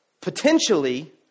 Potentially